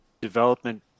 development